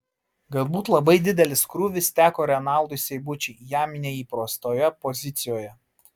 galbūt labai didelis krūvis teko renaldui seibučiui jam neįprastoje pozicijoje